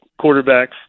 quarterbacks